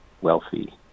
wealthy